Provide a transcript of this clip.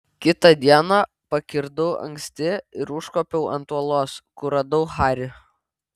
kitą dieną pakirdau anksti ir užkopiau ant uolos kur radau harį